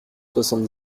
soixante